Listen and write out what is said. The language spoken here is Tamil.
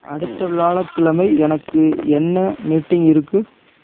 அடுத்த விழாயக்கிழமை எனக்கு என்ன மீட்டிங் இருக்கு